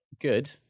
good